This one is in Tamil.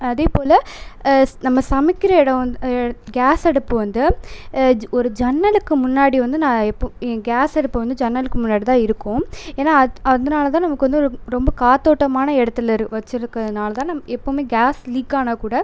அதே போல் நம்ம சமைக்கின்ற இடம் வந் கேஸ் அடுப்பு வந்து ஒரு ஜன்னலுக்கு முன்னாடி வந்து நான் எப்பு கேஸ் அடுப்பு வந்து ஜன்னலுக்கு முன்னாடி தான் இருக்கும் ஏன்னால் அது அதனால தான் நமக்கு வந்து ரொம்ப காற்றோட்டமான இடத்துல இரு வச்சுருக்கிறதுனால தான் நம் எப்போவுமே கேஸ் லீக்கானா கூட